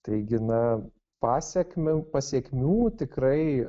taigi na pasekme pasekmių tikrai